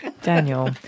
Daniel